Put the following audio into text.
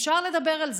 אפשר לדבר על זה,